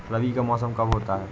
रबी का मौसम कब होता हैं?